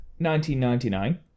1999